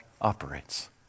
operates